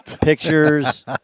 pictures